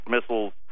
missiles